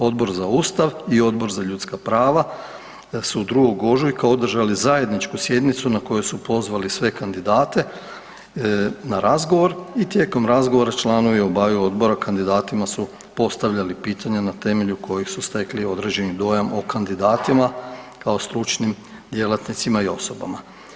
Odbor za Ustav i Odbor za ljudska prava su 2. ožujka održali zajedničku sjednicu na kojoj su pozvali sve kandidate na razgovor i tijekom razgovora članovi obaju odbora kandidatima su postavljali pitanja na temelju kojih su stekli određeni dojam o kandidatima kao stručnim djelatnicima i osobama.